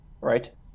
right